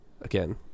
again